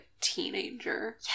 teenager